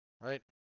right